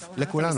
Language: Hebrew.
לכולנו,